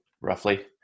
roughly